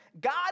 God